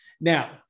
Now